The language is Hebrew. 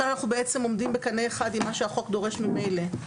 כאן אנחנו בעצם עומדים בקנה אחד עם מה שהחוק דורש ממילא.